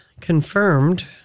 confirmed